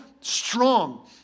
strong